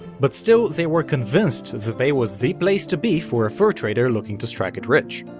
but still, they were convinced the bay was the place to be for a fur trader looking to strike it rich.